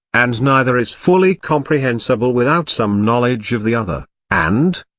and neither is fully comprehensible without some knowledge of the other and,